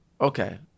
Okay